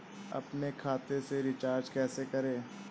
अपने खाते से रिचार्ज कैसे करें?